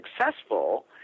successful